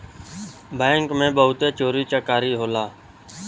bank में बहुते चोरी चकारी होला